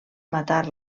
matar